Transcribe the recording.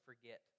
forget